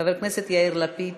חבר הכנסת יאיר לפיד,